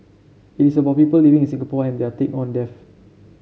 it is about people living in Singapore and their take on death